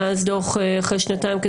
ואז דוח אחרי שנתיים,